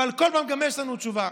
ובכל פעם גם יש לנו תשובה.